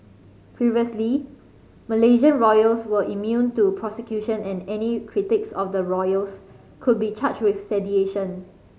previously Malaysian royals were immune to prosecution and any critics of the royals could be charged with sedition